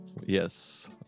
Yes